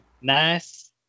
Nice